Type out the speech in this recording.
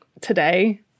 today